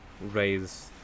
raise